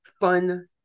fun